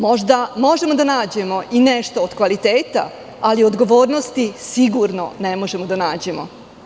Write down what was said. Možda možemo da nađemo i nešto od kvaliteta, ali odgovornosti sigurno ne možemo da nađemo.